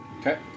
Okay